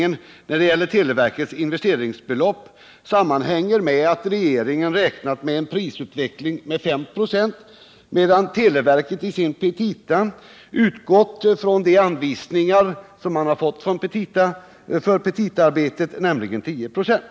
ringsbelopp sammanhänger med att regeringen räknat med en prisutveckling med 5 96, medan televerket i sina petita utgått från de anvis”ingar som man har fått för petitaarbetet, nämligen 10 96.